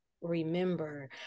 remember